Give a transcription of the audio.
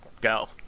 go